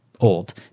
old